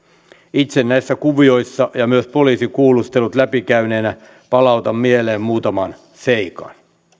itse näissä kuvioissa ja myös poliisikuulustelut läpi käyneenä palautan mieleen muutaman seikan